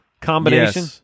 combination